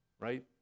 right